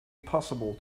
possible